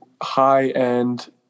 high-end